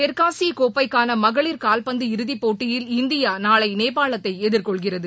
தெற்காசிய கோப்பைக்கான மகளிர் கால்பந்து இறுதிப் போட்டியில் இந்தியா நாளை நேபாளத்தை எதிர்கொள்கிறது